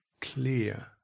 clear